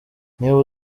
niba